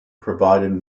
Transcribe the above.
provided